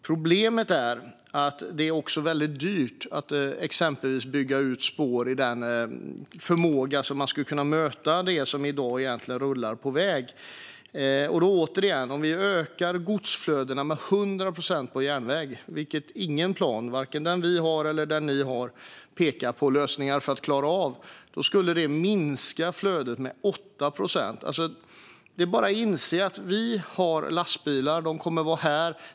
Problemet är att det också är väldigt dyrt att exempelvis bygga ut spår i den förmåga som skulle kunna möta det som i dag rullar på väg. Återigen: Om vi ökar godsflödena med 100 procent på järnväg, vilket ingen plan innehåller lösningar för att klara av - vare sig den plan vi har eller den plan ni har, Emma Berginger - skulle det minska flödet med 8 procent. Det är bara att inse att vi har lastbilar och att de kommer att vara här.